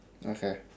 okay